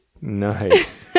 Nice